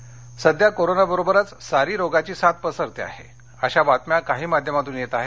सारी सध्या कोरोना बरोबरच सारी रोगाची साथ पसरते आहे अशा बातम्या काही माध्यमातून येत आहे